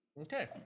Okay